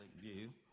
view